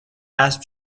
اسب